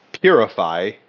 purify